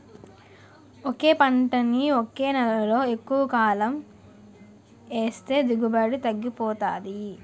ఒకే పంటని ఒకే నేలలో ఎక్కువకాలం ఏస్తే దిగుబడి తగ్గిపోతాది